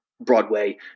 Broadway